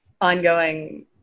ongoing